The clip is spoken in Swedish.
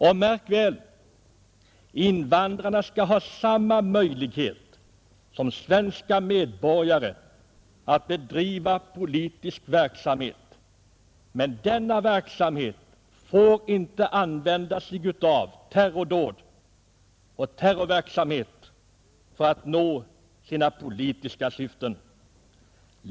Och — märk väl — invandrarna skall ha samma möjlighet som svenska medborgare att bedriva politisk verksamhet, men denna verksamhet får inte använda sig av terrordåd för att nå sina politiska syften.